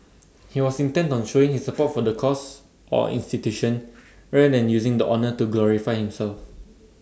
he was intent on showing his support for the cause or institution rather than using the honour to glorify himself